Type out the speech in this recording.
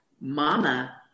mama